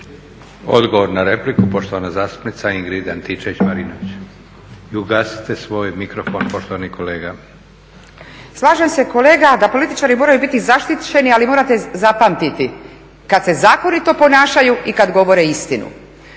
Odgovor na repliku, poštovana zastupnica Ingrid Antičević-Marinović. I ugasite svoj mikrofon poštovani kolega. **Antičević Marinović, Ingrid (SDP)** Slažem se kolega da političari moraju biti zaštićeni ali morate zapamtiti kada se zakonito ponašaju i kada govore istinu.